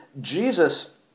jesus